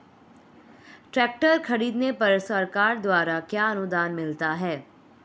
Tractor खरीदने पर सरकार द्वारा क्या अनुदान मिलता है?